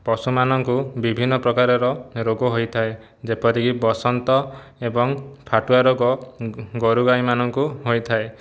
ପଶୁମାନଙ୍କୁ ବିଭିନ୍ନପ୍ରକାରର ରୋଗ ହେଇଥାଏ ଯେପରିକି ବସନ୍ତ ଏବଂ ଫାଟୁଆ ରୋଗ ଗୋରୁଗାଈମାନଙ୍କୁ ହୋଇଥାଏ